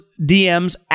DMs